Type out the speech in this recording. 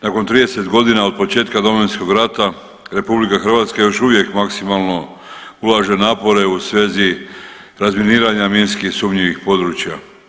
Nakon 30.g. od početka Domovinskog rata RH još uvijek maksimalno ulaže napore u svezi razminiranja minski sumnjivih područja.